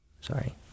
Sorry